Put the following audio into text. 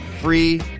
free